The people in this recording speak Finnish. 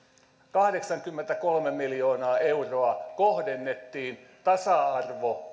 kahdeksankymmentäkolme miljoonaa euroa kohdennettiin tasa